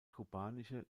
kubanische